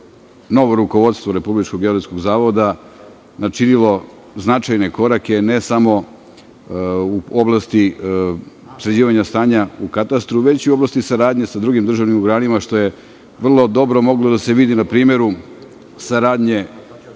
novo rukovodstvo RGZ načinilo značajne korake, ne samo u oblasti sređivanja stanja u katastru, već i u oblasti saradnje sa drugim državnim organima, što je vrlo dobro moglo da se vidi na primeru saradnje